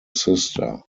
sister